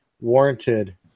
warranted